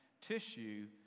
tissue